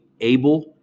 able